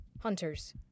hunters